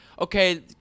okay